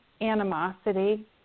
animosity